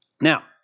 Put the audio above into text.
Now